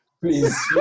Please